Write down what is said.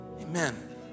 amen